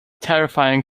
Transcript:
terrifying